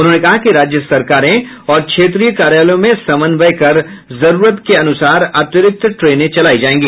उन्होंने कहा कि राज्य सरकारें और क्षेत्रीय कार्यालयों में समन्वय कर जरूरत के अनुसार अतिरिक्त ट्रेनें चलायी जायेंगी